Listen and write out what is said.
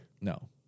No